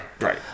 right